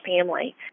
family